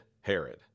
Herod